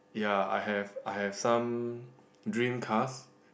ya I have I have some dream cars